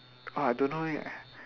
uh I don't know leh